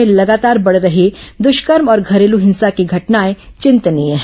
प्रदेश में लगातार बढ़ रही दुष्कर्म और घरेलू हिंसा की घटनाएं चिंतनीय है